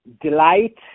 delight